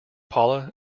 paula